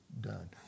done